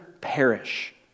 perish